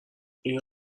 این